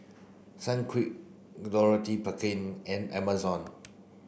Sunquick Dorothy Perkin and Amazon